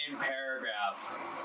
paragraph